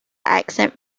accent